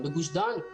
בגוש דן?